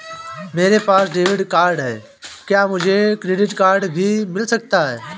मेरे पास debit card है क्या मुझे क्रेडिट कार्ड भी मिल सकता है?